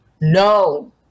No